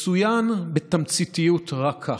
מצוין בתמציתיות רק כך: